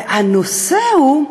והנושא הוא,